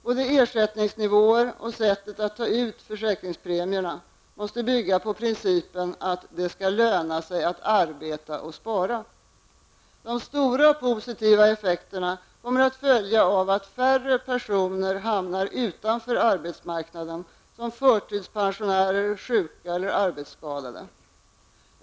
Både ersättningsnivåer och sättet att ta ut försäkringspremierna måste bygga på principen att det skall löna sig att arbeta och spara. De stora positiva effekterna följer av att färre personer hamnar utanför arbetsmarknaden som förtidspensionärer, sjuka eller arbetsskadade.